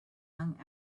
young